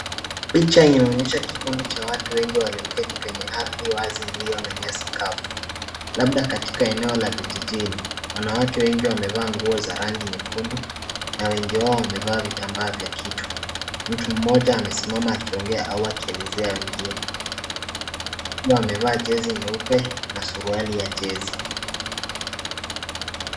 Picha inaonyesha kikundi cha watu wengi walioketi kwenye ardhi wazi iliyo na nyasi kavu. Labda katika eneo la vijijini. Wanawake wengi wamevaa nguo za rangi nyekundu na wengine wamevaa vitambaa vya kichwa. Mtu mmoja amesimama kiongea awa kielezea ungini. Kumu wamevaa jezi nye upe na suruali ya jezi.